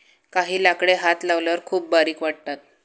काही लाकडे हात लावल्यावर खूप बारीक वाटतात